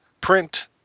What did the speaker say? print